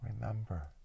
Remember